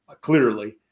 clearly